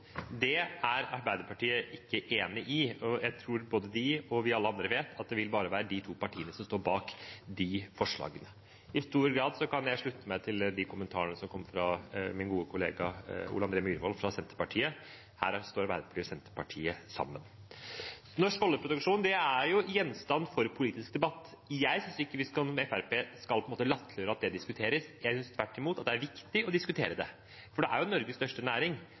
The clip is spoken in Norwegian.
Det er Arbeiderpartiet ikke enig i. Jeg tror både de og alle vi andre vet at det bare vil være de to partiene som står bak de forslagene. I stor grad kan jeg slutte meg til de kommentarene som kom fra min gode kollega Ole André Myhrvold fra Senterpartiet. Her står Arbeiderpartiet og Senterpartiet sammen. Norsk oljeproduksjon er gjenstand for politisk debatt. Jeg synes ikke vi, som Fremskrittspartiet, skal latterliggjøre at det diskuteres. Jeg synes tvert imot det er viktig å diskutere det, for det er jo Norges største næring.